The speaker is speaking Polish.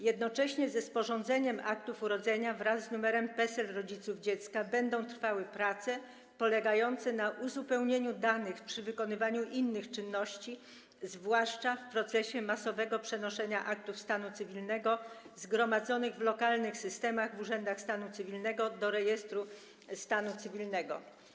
Jednocześnie ze sporządzeniem aktów urodzenia wraz z numerami PESEL rodziców dziecka będą trwały prace polegające na uzupełnieniu danych przy wykonywaniu innych czynności, zwłaszcza w procesie masowego przenoszenia aktów stanu cywilnego zgromadzonych w lokalnych systemach w urzędach stanu cywilnego do rejestru stanu cywilnego.